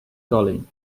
colin